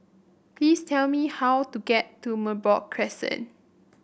please tell me how to get to Merbok Crescent